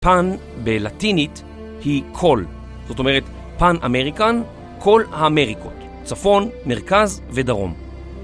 פן בלטינית היא כל, זאת אומרת פן אמריקאן, כל האמריקות, צפון, מרכז ודרום.